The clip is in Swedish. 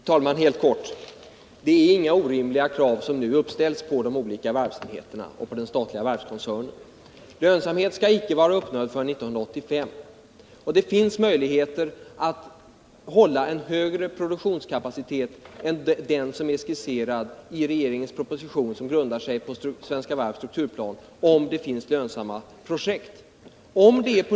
Fru talman! Helt kort. Det är inget orimligt krav som nu ställs på de olika varvsenheterna och på den statliga varvskoncernen. Lönsamhet skall inte vara uppnådd förrän 1985. Och det finns möjligheter att hålla en högre produktionskapacitet än den som är skisserad i regeringens proposition, som grundar sig på Svenska Varvs strukturplan — om det finns lönsamma projekt.